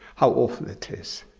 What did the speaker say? how awful it is.